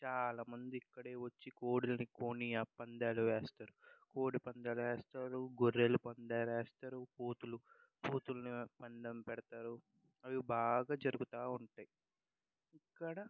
చాలామంది ఇక్కడే వచ్చి కోడిలను కొని ఆ పందాలు వేస్తారు కోడిపందాలు వేస్తారు గొర్రెలు పందాలు వేస్తారు కోతులు కోతుల్ని పందెం పెడతారు అవి బాగా జరుగుతా ఉంటాయి ఇక్కడ